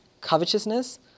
covetousness